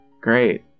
Great